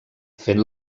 fent